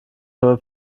habe